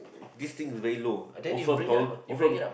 this thing is very low also I'm taller also I'm